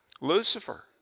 Lucifer